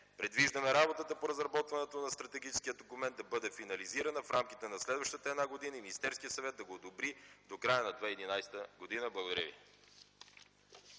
Предвиждаме работата по разработването на стратегическия документ да бъде финализирана в рамките на следващата една година и Министерският съвет да го одобри до края на 2011 г. Благодаря ви.